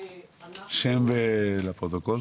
תציגי את שמך לפרוטוקול.